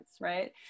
Right